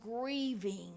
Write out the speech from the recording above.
grieving